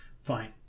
fine